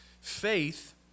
Faith